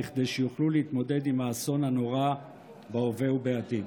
כדי שיוכלו להתמודד עם האסון הנורא בהווה ובעתיד.